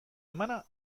emana